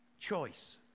Choice